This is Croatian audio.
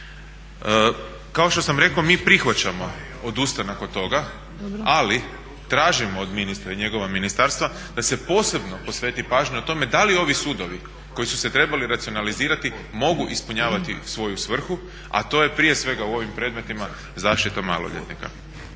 Kao što sam rekao mi prihvaćamo odustanak od toga ali tražimo od ministra i njegovog ministarstva da se posebno posveti pažnja o tome da li ovi sudovi koji su se trebali racionalizirati mogu ispunjavati svoju svrhu a to je prije svega u ovim predmetima zaštita maloljetnika.